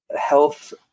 health